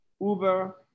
uber